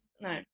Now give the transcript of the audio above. no